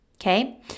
Okay